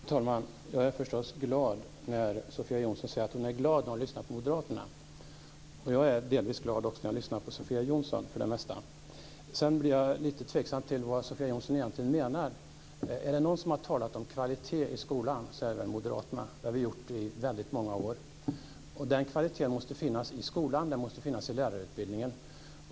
Fru talman! Jag är förstås glad när Sofia Jonsson säger att hon är glad när hon lyssnar på moderaterna. Jag är för det mesta delvis glad när jag lyssnar på Sedan blir jag lite tveksam till vad Sofia Jonsson egentligen menar. Är det någon som har talat om kvalitet i skolan är det väl moderaterna. Det har vi gjort i många år. Den kvaliteten måste finnas i skolan, och den måste finnas i lärarutbildningen.